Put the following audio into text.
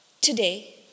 Today